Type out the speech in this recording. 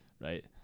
right